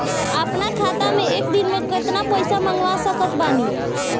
अपना खाता मे एक दिन मे केतना पईसा मँगवा सकत बानी?